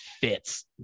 fits